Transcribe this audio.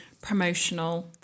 promotional